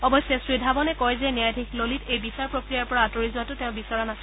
অৱশ্যে শ্ৰীধাবনে কয় যে ন্যায়াধীশ ললিত এই বিচাৰ প্ৰক্ৰিয়াৰ পৰা আঁতৰি যোৱাটো তেওঁ বিচৰা নাছিল